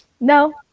No